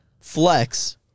flex